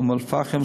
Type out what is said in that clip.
אום-אלפחם,